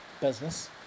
business